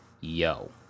yo